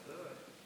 בוודאי.